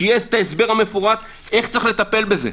שיהיה את ההסבר המפורט איך צריך לטפל בזה,